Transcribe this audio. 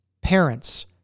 parents